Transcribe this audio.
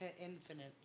Infinite